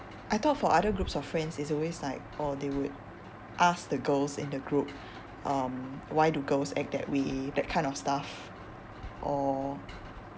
I thought for other groups of friends it's always like oh they would ask the girls in the group um why do girls act that way that kind of stuff or